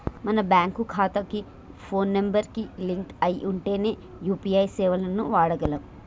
మన బ్యేంకు ఖాతాకి phone number కి లింక్ అయ్యి ఉంటేనే యూ.పీ.ఐ సేవలను వాడగలం